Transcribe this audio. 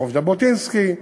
מרחוב ז'בוטינסקי,